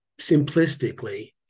simplistically